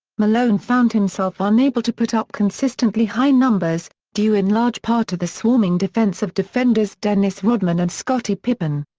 malone found himself unable to put up consistently high numbers, due in large part to the swarming defense of defenders dennis rodman and scottie pippen.